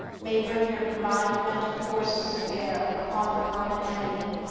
may bring your combined mental forces to bear upon the common enemy,